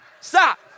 stop